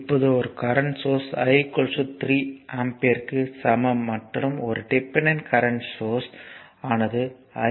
இப்போது ஒரு current source i 3 ஆம்பியருக்கு சமம் மற்றும் ஒரு டிபெண்டன்ட் கரண்ட் சோர்ஸ் ஆனது ix 3 i s